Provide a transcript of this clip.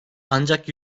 ancak